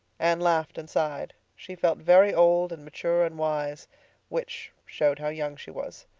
anne laughed and sighed. she felt very old and mature and wise which showed how young she was.